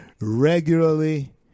regularly